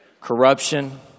corruption